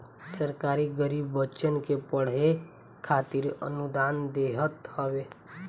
सरकार गरीब बच्चन के पढ़े खातिर अनुदान देत हवे